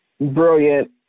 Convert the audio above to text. brilliant